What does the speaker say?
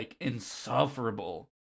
insufferable